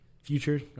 Future